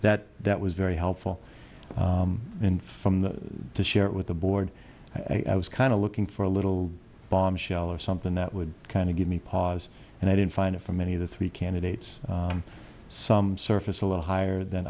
that that was very helpful info to share with the board i was kind of looking for a little bombshell or something that would kind of give me pause and i didn't find it for many of the three candidates some surface a little higher than